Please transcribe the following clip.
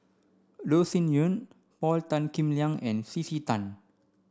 Loh Sin Yun Paul Tan Kim Liang and C C Tan